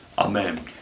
Amen